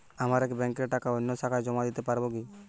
আমার এক ব্যাঙ্কের টাকা অন্য শাখায় জমা দিতে পারব কি?